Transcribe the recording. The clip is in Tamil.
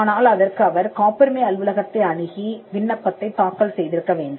ஆனால் அதற்கு அவர் காப்புரிமை அலுவலகத்தை அணுகி விண்ணப்பத்தைத் தாக்கல் செய்திருக்க வேண்டும்